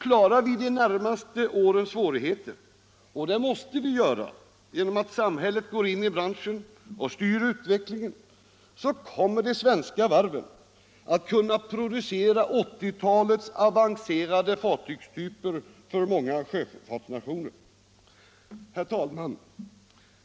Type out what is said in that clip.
Klarar vi de närmaste årens svårigheter — och det måste vi göra genom att samhället går in i branschen och styr utvecklingen —- kommer de svenska varven att kunna producera 1980-talets avancerade fartygstyper för många sjöfartsnationer. Herr talman!